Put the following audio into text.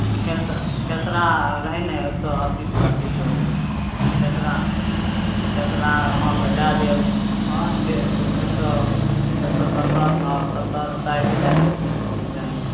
खेस खेसरा रहै ने एक सए अस्सी टाका किलो खेसरा खेसरा अहाँके दए देब हँ डेढ़ एक सए एक सए सत्तरि हँ सत्तरि साठि दए देब